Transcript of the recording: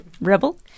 Rebel